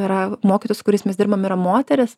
yra mokytojas kuris mes dirbame ir moteris